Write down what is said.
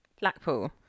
Blackpool